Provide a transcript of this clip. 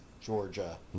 Georgia